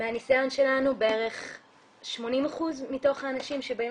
מהניסיון שלנו בערך 80% מתוך האנשים שבאים